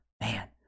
man